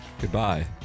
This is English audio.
Goodbye